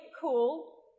cool